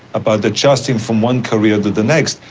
about adjusting from one career to the next.